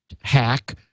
hack